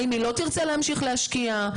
האם היא לא תרצה להמשיך להשקיע?